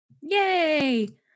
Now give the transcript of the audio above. yay